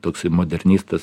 toksai modernistas